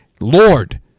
Lord